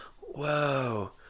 whoa